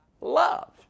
love